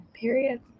Period